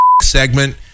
segment